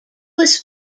was